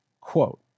Quote